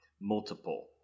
multiple